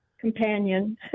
companion